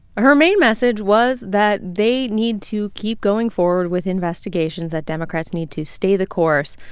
her main message was that they need to keep going forward with investigations, that democrats need to stay the course.